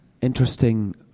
interesting